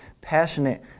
passionate